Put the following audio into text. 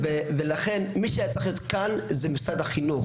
לכן מי שהיה צריך להיות כאן זה משרד החינוך.